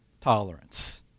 tolerance